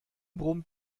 brummt